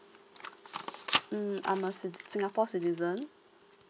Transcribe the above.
um I'm a citi~ singapore citizen